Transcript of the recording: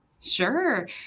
Sure